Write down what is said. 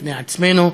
בפני עצמנו,